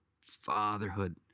fatherhood